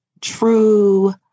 true